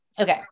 okay